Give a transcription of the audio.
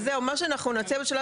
אז אולי צריך לא לקבל את זה.